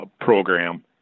program